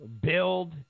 build